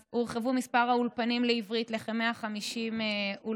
אז הוגדל מספר האולפנים לעברית לכ-150 אולפנים,